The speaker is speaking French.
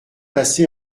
passé